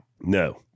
No